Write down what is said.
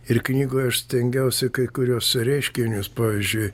ir knygoj aš stengiausi kai kuriuos reiškinius pavyzdžiui